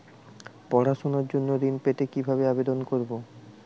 পড়াশুনা জন্য ঋণ পেতে কিভাবে আবেদন করব?